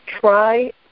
try